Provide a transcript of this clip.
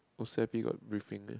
O_C_I_P got briefing meh